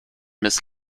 miss